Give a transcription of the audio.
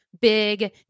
big